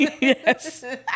Yes